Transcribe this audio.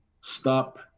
stop